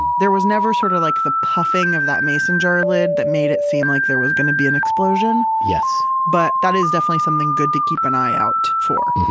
there was never sort of like the puffing of that mason jar lid that made it seem like there was going to be an explosion yes but that is definitely something good to keep an eye out for.